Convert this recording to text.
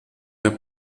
der